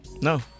No